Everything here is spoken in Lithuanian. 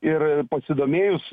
ir pasidomėjus